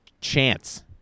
chance